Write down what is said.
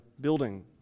building